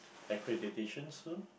accreditation too